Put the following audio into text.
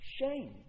shame